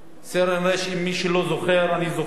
סרן ר', מי שלא זוכר, אני זוכר,